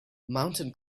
mountain